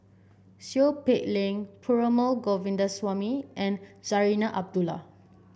Seow Peck Leng Perumal Govindaswamy and Zarinah Abdullah